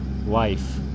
life